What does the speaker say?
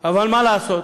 אבל מה לעשות,